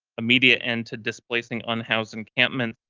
immediate end to displacing unhoused encampments,